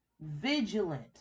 vigilant